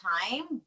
time